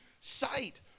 sight